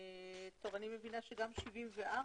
אני מבינה שגם סעיף 74,